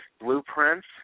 blueprints